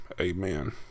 amen